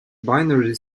binary